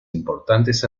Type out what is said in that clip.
importantes